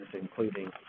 including